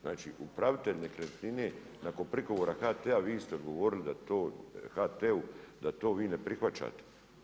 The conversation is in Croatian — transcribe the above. Znači upravitelj nekretnine, nakon prigovora HT-a vi ste odgovorili da to HT-u da to vi ne prihvaćate.